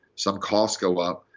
some costs go up.